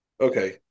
okay